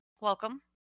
Welcome